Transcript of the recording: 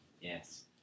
Yes